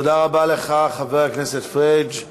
תודה רבה לך, חבר הכנסת פריג'.